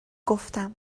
گفتم